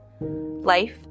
Life